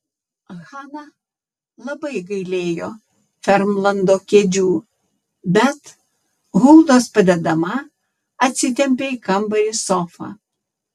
hana labai gailėjo vermlando kėdžių bet huldos padedama atsitempė į kambarį sofą